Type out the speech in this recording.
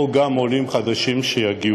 וגם עם עולים חדשים שיגיעו,